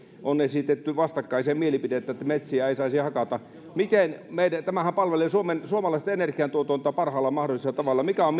on esitetty vastakkaisia mielipiteitä että metsiä ei saisi hakata tämähän palvelee suomalaisten energiantuotantoa parhaalla mahdollisella tavalla mikä on